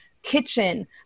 kitchen